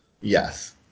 Yes